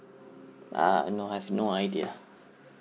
uh no I've no idea